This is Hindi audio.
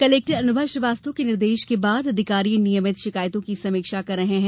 कलेक्टर अनुभा श्रीवास्तव के निर्देश के बाद अधिकारी नियमित शिकायतों की समीक्षा कर रहे हैं